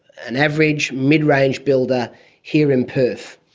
an average mid-range builder here in perth,